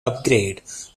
upgrade